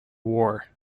war